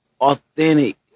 authentic